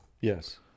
Yes